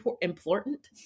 important